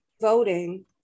voting